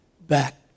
back